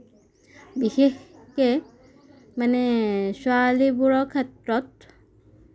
বিশেষকে মানে ছোৱালীবোৰৰ ক্ষেত্ৰত